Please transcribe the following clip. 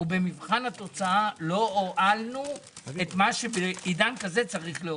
ובמבחן התוצאה לא הועלנו את מה שבעידן כזה צריך להועיל.